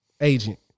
agent